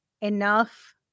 enough